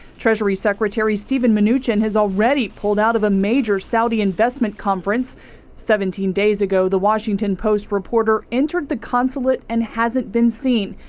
treasury secretary steven nugent has already pulled out of a major saudi investment conference seventeen days ago the washington post reporter entered the consulate and hasn't been seen.